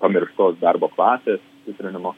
pamirštos darbo klasės stiprinimo